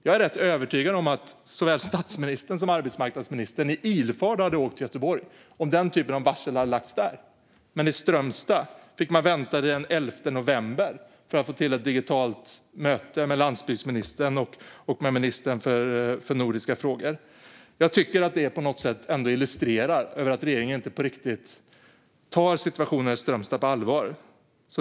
Jag är rätt övertygad om att såväl statsministern som arbetsmarknadsministern i ilfart hade åkt till Göteborg om den typen av varsel hade lagts där, men i Strömstad fick man vänta till den 11 november för att få till ett digitalt möte med landsbygdsministern och ministern för nordiska frågor. Jag tycker att detta på något sätt illustrerar att regeringen inte riktigt tar situationen i Strömstad på allvar.